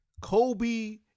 Kobe